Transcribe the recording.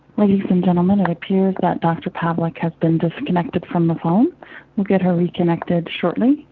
ladies and gentlemen, it appears that dr. pavlik has been disconnected from the phone. we'll get her reconnected shortly,